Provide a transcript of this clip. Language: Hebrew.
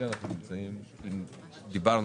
מי בעד